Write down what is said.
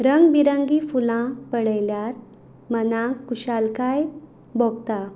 रंग बिरंगीं फुलां पळयल्यार मनाक खुशालकाय भोगता